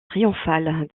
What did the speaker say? triomphale